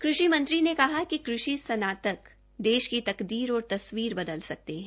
केन्द्रीय मंत्री ने कहा कि कृषि स्नातक देश की तकदीर और तस्वीर बदल सकते है